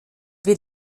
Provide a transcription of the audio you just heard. wir